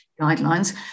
guidelines